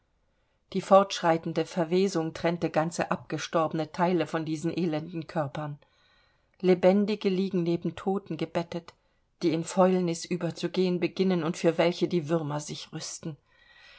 die fortschreitende verwesung trennte ganze abgestorbene teile von diesen elenden körpern lebendige liegen neben toten gebettet die in fäulnis überzugehen beginnen und für welche die würmer sich rüsten